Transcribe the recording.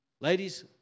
Ladies